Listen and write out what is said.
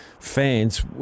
fans